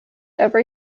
every